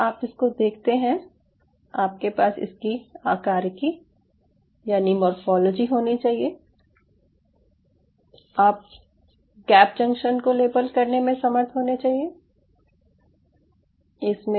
अगर आप इसको देखते हैं आपके पास इसकी आकारिकी यानि मॉर्फोलॉजी होनी चाहिए आप गैप जंक्शन को लेबल करने में समर्थ होने चाहियें